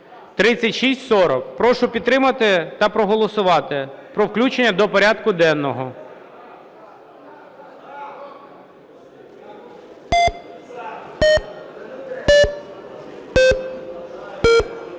(3640). Прошу підтримати та проголосувати. Про включення до порядку денного.